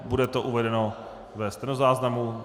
Bude to uvedeno ve stenozáznamu.